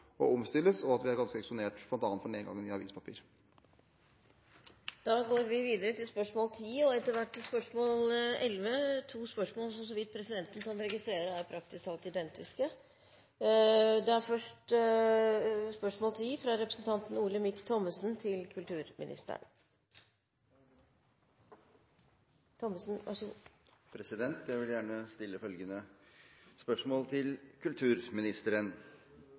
og at vi er ganske eksponert bl.a. med hensyn til nedgangen i avispapir. Da går vi videre til spørsmål 10 og, etter hvert, til spørsmål 11 – to spørsmål som så vidt presidenten kan registrere, er praktisk talt identiske. Vi går først til spørsmål 10, fra Olemic Thommessen til kulturministeren. Jeg vil gjerne stille følgende spørsmål til kulturministeren: